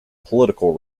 political